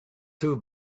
two